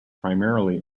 primarily